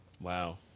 Wow